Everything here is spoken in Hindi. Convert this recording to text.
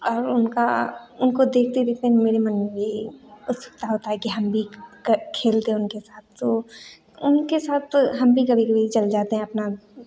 और उनका उनको देखते देखते मेरे मन में भी उत्सुकता होता है कि हम भी क खेलते हैं उनके साथ सो उनके साथ हम भी कभी कभी चल जाते हैं अपना